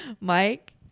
Mike